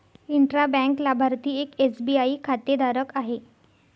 intra bank लाभार्थी एक SBI खातेधारक आहे